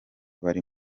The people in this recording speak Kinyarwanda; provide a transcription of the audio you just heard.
bari